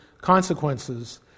consequences